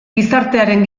gizartearen